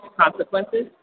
consequences